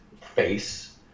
face